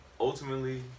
ultimately